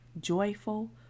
joyful